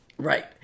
Right